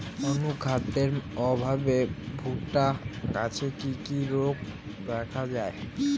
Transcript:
অনুখাদ্যের অভাবে ভুট্টা গাছে কি কি রোগ দেখা যায়?